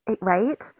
right